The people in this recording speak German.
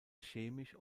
chemisch